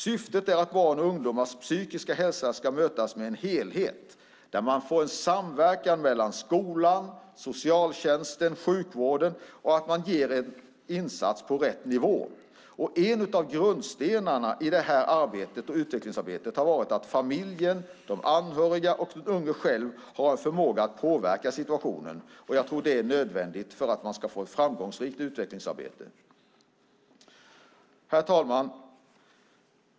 Syftet är att barns och ungdomars psykiska hälsa ska mötas med en helhet där man får en samverkan mellan skolan, socialtjänsten och sjukvården och där man ger en insats på rätt nivå. En av grundstenarna i utvecklingsarbetet är att familjen, de anhöriga och den unga själv har förmåga att påverka situationen. Jag tror att det är nödvändigt för att man ska få ett framgångsrikt utvecklingsarbete. Herr talman!